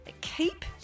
keep